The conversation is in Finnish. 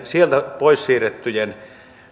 sieltä pois siirrettyjen